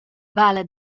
vala